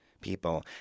people